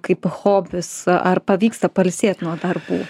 kaip hobis ar pavyksta pailsėt nuo darbų